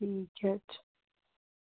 ठीक ऐ